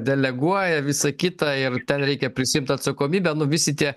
deleguoja visa kita ir ten reikia prisiimt atsakomybę nu visi tie